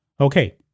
Okay